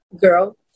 girl